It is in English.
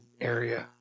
area